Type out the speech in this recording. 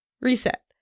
Reset